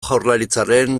jaurlaritzaren